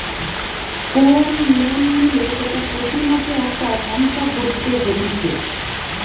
কোন লোন নিলে সেটা প্রতি মাসে একটা সংখ্যা ভরতে হতিছে